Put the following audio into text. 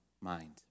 Mind